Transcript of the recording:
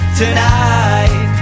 tonight